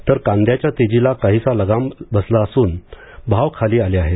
तर कांद्याच्या तेजीला काहीसा लगाम बसला असुन भाव खाली आले आहेत